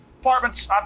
Apartments